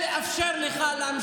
הם עושים דברים טובים.